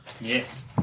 Yes